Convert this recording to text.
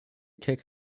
kick